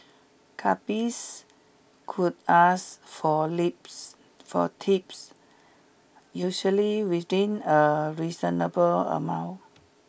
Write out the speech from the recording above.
cabbies could ask for lips for tips usually within a reasonable amount